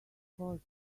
cost